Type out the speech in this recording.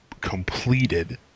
completed